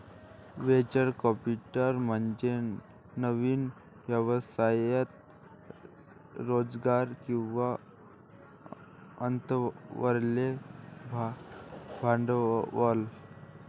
venture capital म्हणजे नवीन व्यवसायात रोजगार किंवा गुंतवलेले भांडवल